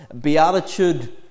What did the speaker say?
beatitude